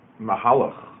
mahalach